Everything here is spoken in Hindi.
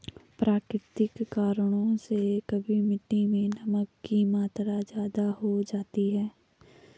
प्राकृतिक कारणों से कभी मिट्टी मैं नमक की मात्रा ज्यादा हो जाती है